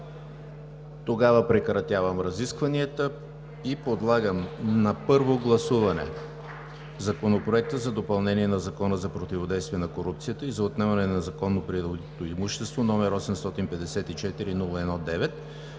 Няма. Прекратявам разискванията. Подлагам на първо гласуване Законопроект за допълнение на Закона за противодействие на корупцията и за отнемане на незаконно придобитото имущество, № 854-01-9,